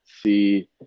See